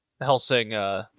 Helsing